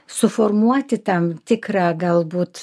suformuoti tam tikrą galbūt